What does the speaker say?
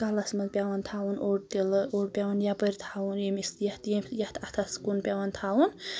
کَلَس منٛز پیٚوان تھاوُن اوٚڑ تِلہٕ اوٚڑ پیٚوان یَپٲرۍ تھاوُن ییٚمِس یَتھ ییٚمہِ یَتھ اَتھَس کُن پیٚوان تھاوُن